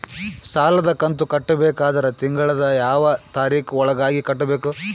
ಸಾಲದ ಕಂತು ಕಟ್ಟಬೇಕಾದರ ತಿಂಗಳದ ಯಾವ ತಾರೀಖ ಒಳಗಾಗಿ ಕಟ್ಟಬೇಕು?